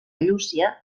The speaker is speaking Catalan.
llúcia